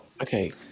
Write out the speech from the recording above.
okay